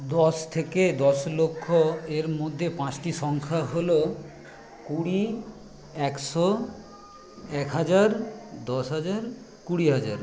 দশ থেকে দশ লক্ষ এর মধ্যে পাঁচটি সংখ্যা হলো কুড়ি একশো একহাজার দশহাজার কুড়িহাজার